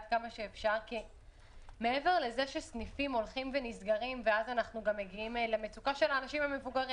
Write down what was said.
כי סניפים הולכים ונסגרים ואנחנו מגיעים למצוקה של אנשים מבוגרים.